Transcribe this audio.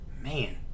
Man